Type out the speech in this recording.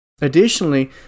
Additionally